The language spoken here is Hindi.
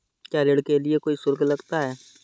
क्या ऋण के लिए कोई शुल्क लगता है?